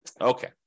Okay